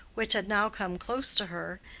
which had now come close to her,